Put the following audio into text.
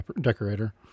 decorator